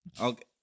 Okay